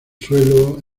suelo